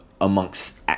amongst